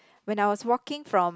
when I was walking from